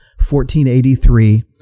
1483